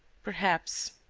perhaps.